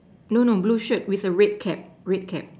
no no blue shirt with a red cap red cap